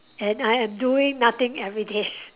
and I am doing nothing everyday